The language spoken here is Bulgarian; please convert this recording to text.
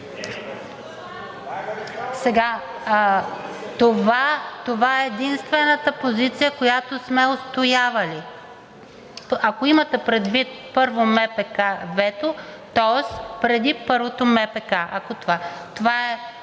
Това е единствената позиция, която сме отстоявали. Ако имате предвид първо МПК вето, тоест преди първото МПК. Това е